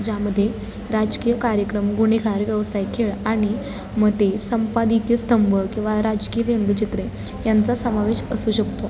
ज्यामध्ये राजकीय कार्यक्रम गुन्हेगार व्यवसाय खेळ आणि मते संपादकीय स्तंभ किंवा राजकीय व्यंगचित्रे यांचा समावेश असू शकतो